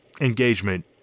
engagement